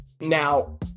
Now